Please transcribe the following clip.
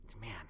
man